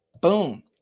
Boom